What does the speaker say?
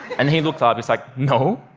and he looked up, he's like, no.